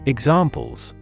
Examples